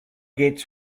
gates